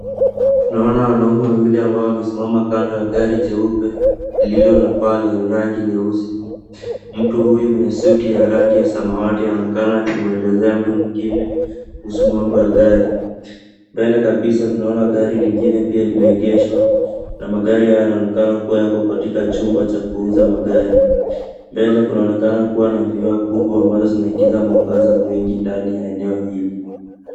Tunaona wanaume wawili ambao wamesimama kando ya gari jeupe lililo na paa la rangi nyeusi. Mtu huyu mwenye suti ya rangi ya samawati anaonekana akimwelezea mtu mwingine kuhusu mambo ya gari. Mbele kabisa tunaona gari lingine pia limeegeshwa, na magari haya yanaonekana kuwa yako katika chumba cha kuuza magari. Mbele kunaonekana kuwa na vioo kubwa ambazo zinaingiza mwangaza mwingi ndani ya eneo hili.